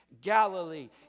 Galilee